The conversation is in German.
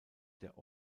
der